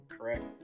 correct